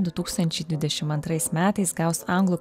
du tūkstančiai dvidešim antrais metais gaus anglų